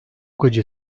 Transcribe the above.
gece